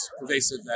pervasive